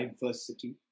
diversity